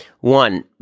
One